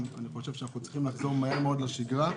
אנחנו צריכים לחזור מהר מאוד לשגרה.